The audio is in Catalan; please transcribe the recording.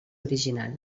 original